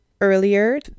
earlier